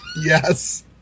yes